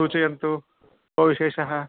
सूचयन्तु को विषेशः